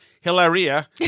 Hilaria